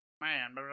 man